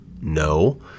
no